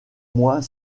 moins